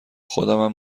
خودمم